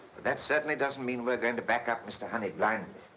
that certainly doesn't mean we're going to back up mr. honey blindly.